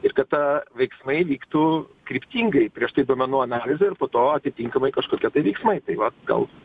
ir kad a veiksmai vyktų kryptingai prieš tai duomenų analizė ir po to atitinkamai kažkokie tai veiksmai tai vat gal